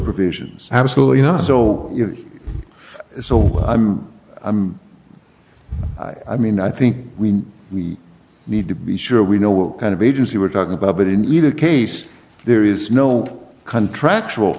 provisions absolutely you know so it's all i mean i think we we need to be sure we know what kind of agency we're talking about but in either case there is no contractual